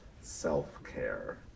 self-care